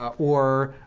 ah or,